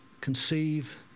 conceive